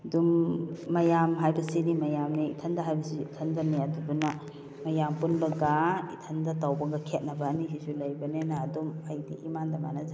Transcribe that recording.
ꯑꯗꯨꯝ ꯃꯌꯥꯝ ꯍꯥꯏꯕꯁꯤꯗꯤ ꯃꯌꯥꯝꯅꯤ ꯏꯊꯟꯗ ꯍꯥꯏꯕꯁꯤꯗꯤ ꯏꯊꯟꯗꯅꯤ ꯑꯗꯨꯗꯨꯅ ꯃꯌꯥꯝ ꯄꯨꯟꯕꯒ ꯏꯊꯟꯗ ꯇꯧꯕꯒ ꯈꯦꯠꯅꯕ ꯑꯅꯤꯒꯤꯁꯨ ꯂꯩꯕꯅꯤꯅ ꯑꯗꯨꯝ ꯑꯩꯗꯤ ꯏꯃꯥꯟꯗ ꯃꯥꯟꯅꯖꯩ